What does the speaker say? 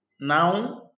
Now